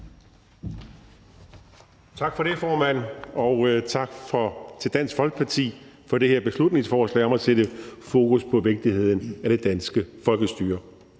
Tak for det, formand. Og tak til Dansk Folkeparti for det her beslutningsforslag om at sætte fokus på vigtigheden af det danske folkestyre.